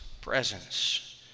presence